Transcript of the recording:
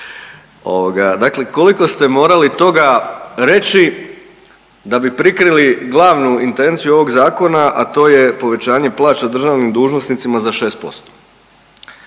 dakle koliko ste morali toga reći da bi prikrili glavnu intenciju ovog zakona, a to je povećanje plaća državnim dužnosnicima za 6%.